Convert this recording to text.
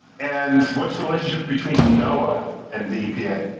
and what's the relationship between noaa and the epa?